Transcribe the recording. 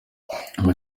kino